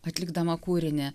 atlikdama kūrinį